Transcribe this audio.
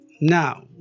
Now